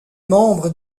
membres